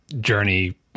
journey